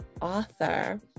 author